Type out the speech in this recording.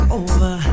over